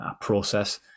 process